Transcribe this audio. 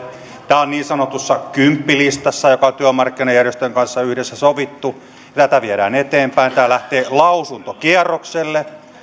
tämä on niin sanotussa kymppilistassa joka on työmarkkinajärjestöjen kanssa yhdessä sovittu tätä viedään eteenpäin tämä lähtee lausuntokierrokselle